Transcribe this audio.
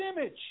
image